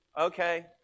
Okay